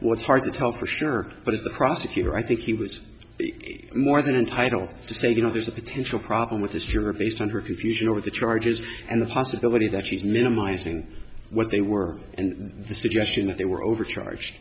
was hard to tell for sure but as the prosecutor i think he was more than entitled to say you know there's a potential problem with this juror based on her confusion over the charges and the possibility that she's minimizing what they were and the suggestion that there were overcharge